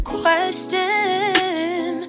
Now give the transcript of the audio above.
question